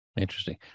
Interesting